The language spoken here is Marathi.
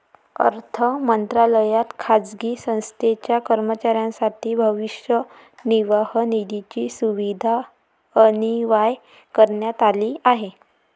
अर्थ मंत्रालयात खाजगी संस्थेच्या कर्मचाऱ्यांसाठी भविष्य निर्वाह निधीची सुविधा अनिवार्य करण्यात आली आहे